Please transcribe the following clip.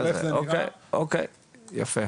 אוקיי, יפה.